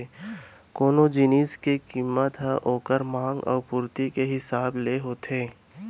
कोनो जिनिस के कीमत हर ओकर मांग अउ पुरती के हिसाब ले होथे